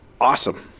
awesome